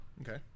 Okay